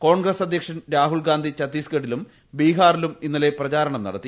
കോൺഗ്രസ്സ് അധ്യക്ഷൻ രാഹുൽഗാന്ധി ഛത്തീസ്ഗഡിലും ബീഹാറിലും ഇന്നലെ പ്രചാരണം നടത്തി